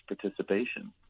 participation